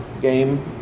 game